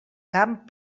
camp